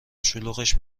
شلوغش